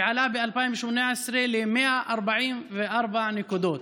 ועלה ב-2018 ל-144 נקודות.